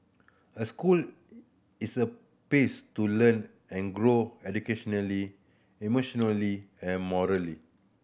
a school is a place to learn and grow educationally emotionally and morally